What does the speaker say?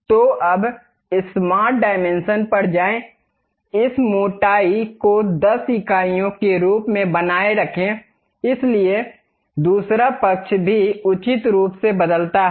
तो अब स्मार्ट परिमाप पर जाएं इस मोटाई को 10 इकाइयों के रूप में बनाए रखें इसलिए दूसरा पक्ष भी उचित रूप से बदलता है